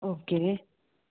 okay